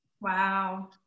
Wow